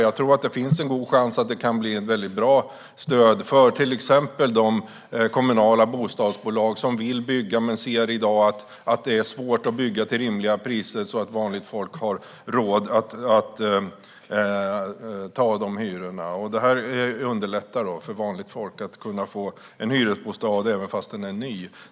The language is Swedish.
Jag tror att det finns en god chans för att det kan bli ett bra stöd, till exempel för kommunala bostadsbolag som vill bygga men som i dag tycker att det är svårt att bygga till rimliga priser så att vanligt folk har råd med hyrorna. Det här underlättar så att vanligt folk kan få en hyresbostad, även om den är ny.